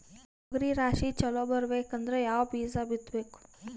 ತೊಗರಿ ರಾಶಿ ಚಲೋ ಬರಬೇಕಂದ್ರ ಯಾವ ಬೀಜ ಬಿತ್ತಬೇಕು?